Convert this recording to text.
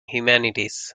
humanities